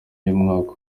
y’umwaka